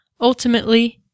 Ultimately